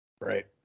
Right